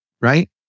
Right